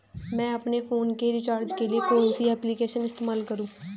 मैं अपने फोन के रिचार्ज के लिए कौन सी एप्लिकेशन इस्तेमाल करूँ?